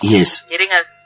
Yes